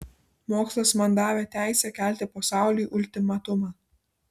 mokslas man davė teisę kelti pasauliui ultimatumą